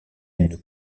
une